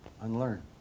Unlearn